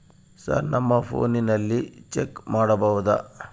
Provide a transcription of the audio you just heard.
Sir ನಮ್ಮ ಫೋನಿನಲ್ಲಿ check ಮಾಡಬಹುದಾ?